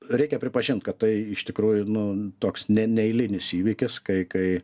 reikia pripažint kad tai iš tikrųjų nu toks ne neeilinis įvykis kai kai